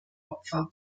opfer